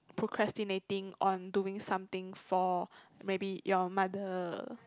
procrastinating on doing something for maybe your mother